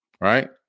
Right